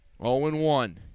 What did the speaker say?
0-1